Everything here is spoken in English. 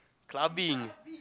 clubbing